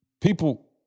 people